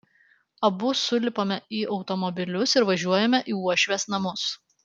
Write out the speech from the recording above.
abu sulipame į automobilius ir važiuojame į uošvės namus